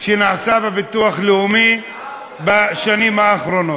שנעשה בביטוח לאומי בשנים האחרונות.